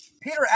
Peter